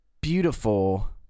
beautiful